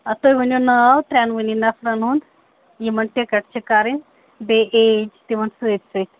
آ تُہۍ ؤنِو ناو ترٛٮ۪ن وٕنی نَفرَن ہُنٛد یِمَن ٹِکَٹ چھِ کَرٕنۍ بیٚیہِ ایج تِمَن سۭتۍ سۭتۍ